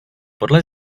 podle